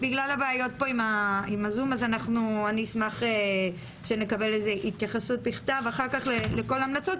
בגלל הבעיות עם הזום אני אשמח שנקבל התייחסות בכתב אחר כך לכל ההמלצות.